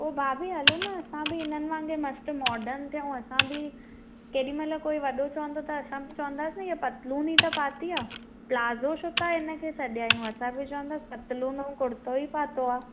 पोइ भाभी हलो न असां बि इन्हनि वांगुरु मस्तु मार्डन थियूं असां बि केॾीमहिल कोई वॾो चवंदो त असां बि चवंदासीं त इहा पतलून ई त पाती आहे पिलाज़ो छो था सॾायूं असां बि चवंदासीं पतलून ऐं कुर्तो ई पातो आहे